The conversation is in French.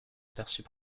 aperçus